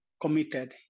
committed